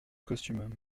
costume